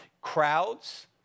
crowds